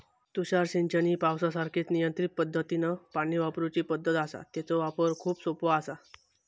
तुषार सिंचन ही पावसासारखीच नियंत्रित पद्धतीनं पाणी वापरूची पद्धत आसा, तेचो वापर खूप सोपो आसा